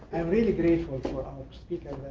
am really grateful for our speaker,